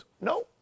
No